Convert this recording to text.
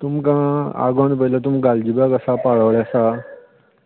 तुमकां आगोंद पयलें तुमकां गालजीबाग आसा पाळोळे आसा